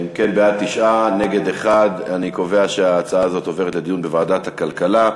ההצעה להעביר את הנושא לוועדת הכלכלה נתקבלה.